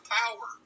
power